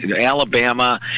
Alabama